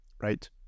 right